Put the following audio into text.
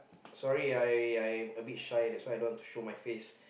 sorry I I a bit shy that's why I don't want to show my face